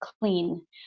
clean